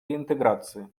реинтеграции